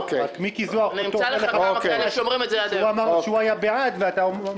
רק מיקי זוהר אומר שהוא היה בעד ואתה אומר להפך.